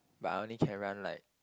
but I only can run like